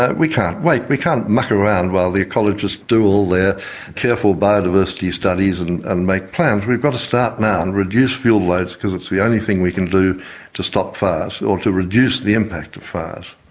ah we can't wait. we can't muck around while the ecologists do all their careful biodiversity studies and and make plans. we've got to start now and reduce fuel loads, because it's the only thing we can do to stop fires, or to reduce the impact of fires.